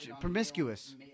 Promiscuous